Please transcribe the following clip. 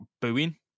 booing